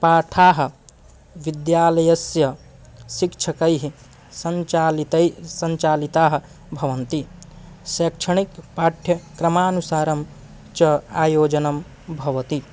पाठाः विद्यालयस्य शिक्षकैः सञ्चालितैः सञ्चालिताः भवन्ति शैक्षणिकः पाठ्यक्रमानुसारं च आयोजनं भवति